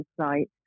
site